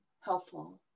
helpful